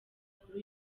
kuri